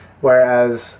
whereas